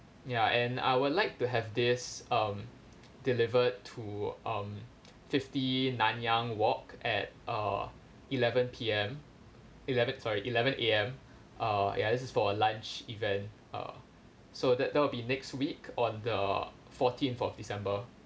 ya and I would like to have this um delivered to um fifty nanyang walk at uh eleven P_M eleven sorry eleven A_M uh ya this is for lunch event uh so that that will be next week on the fourteenth of december